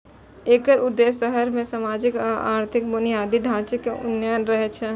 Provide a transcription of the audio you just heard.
एकर उद्देश्य शहर मे सामाजिक आ आर्थिक बुनियादी ढांचे के उन्नयन रहै